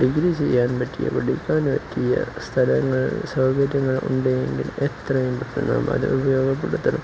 degree ചെയ്യാൻ പറ്റിയ പഠിക്കാൻ പറ്റിയ സ്ഥലങ്ങൾ സൗകര്യങ്ങൾ ഉണ്ട് എങ്കിൽ എത്രയും പെട്ടെന്ന് അത് ഉപയോഗപ്പെടുത്തണം